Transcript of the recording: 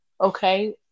okay